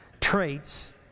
traits